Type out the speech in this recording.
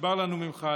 נשבר לנו ממך.